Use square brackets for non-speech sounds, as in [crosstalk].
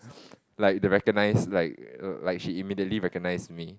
[noise] like the recognize like like she immediately recognize me